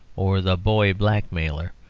or the boy blackmailer,